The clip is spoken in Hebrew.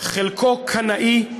חלקו קנאי,